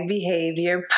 Behavior